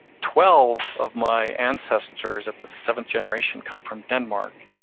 twelve of my ancestors at the seventh generation come from denmark.